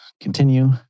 continue